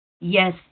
Yes